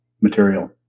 material